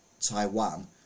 Taiwan